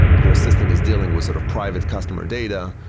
your system is dealing with sort of private customer data.